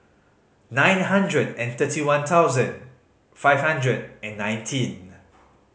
nine hundred and thirty one thousand five hundred and nineteen